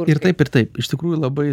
ir taip ir taip iš tikrųjų labai